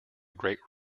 great